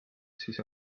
siis